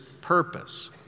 purpose